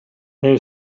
they